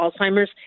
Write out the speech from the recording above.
Alzheimer's